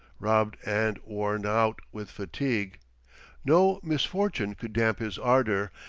robbed, and worn out with fatigue no misfortune could damp his ardour,